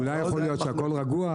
אולי יכול להיות שהכול רגוע,